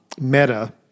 Meta